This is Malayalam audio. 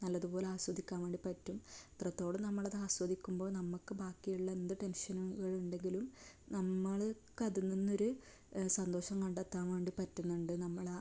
നല്ലതുപോലെ ആസ്വദിക്കാൻ വേണ്ടി പറ്റും എത്രത്തോളം നമ്മളത് ആസ്വദിക്കുമ്പോൾ നമുക്ക് ബാക്കിയുള്ള എന്ത് ടെൻഷനുകൾ ഉണ്ടെങ്കിലും നമ്മൾക്ക് അതിൽ നിന്നൊരു സന്തോഷം കണ്ടെത്താൻ വേണ്ടി പറ്റുന്നുണ്ട് നമ്മളാ